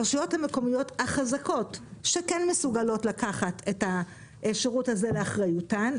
הרשויות המקומיות החזקות שכן מסוגלות לקחת את השירות הזה לאחריותן,